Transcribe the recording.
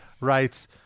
writes